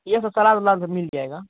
ये मसाला मिल जायेगा